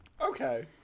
okay